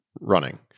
running